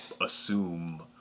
assume